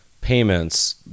payments